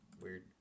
Weird